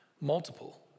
multiple